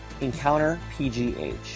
EncounterPGH